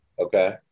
Okay